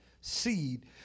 seed